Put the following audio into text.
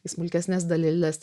į smulkesnes daleles